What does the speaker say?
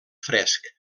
fresc